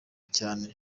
cyane